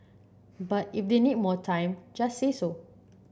but if they need more time just say so